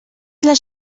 les